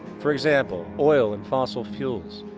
for example oil and fossil fuels,